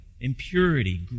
impurity